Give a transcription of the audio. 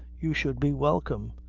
you should be welcome.